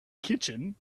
kitchen